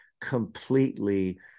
completely